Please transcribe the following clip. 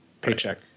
paycheck